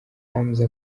hamza